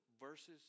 verses